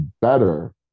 better